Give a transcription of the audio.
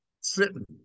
sitting